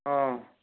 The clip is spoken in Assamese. অঁ